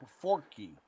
Forky